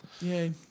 Yay